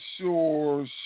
sure